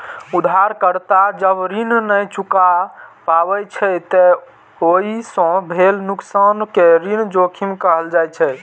उधारकर्ता जब ऋण नै चुका पाबै छै, ते ओइ सं भेल नुकसान कें ऋण जोखिम कहल जाइ छै